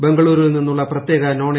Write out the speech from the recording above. ബംഗളൂരുവിൽ നിന്ട്ടുള്ള് പ്രത്യേക നോൺ എ